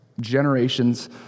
generations